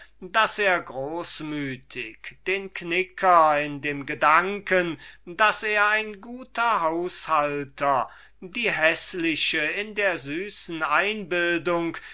daß er großmütig den knicker in den gedanken daß er ein guter haushalter die häßliche in der süßen einbildung